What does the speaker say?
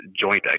joint